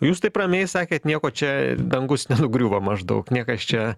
jūs taip ramiai sakėt nieko čia dangus nenugriuvo maždaug niekas čia